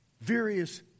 various